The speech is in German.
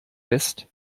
west